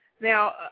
Now